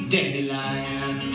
Dandelion